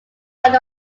one